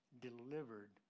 Delivered